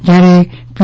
જ્યારે પી